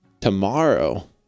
tomorrow